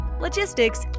logistics